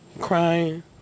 crying